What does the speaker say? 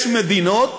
יש מדיניות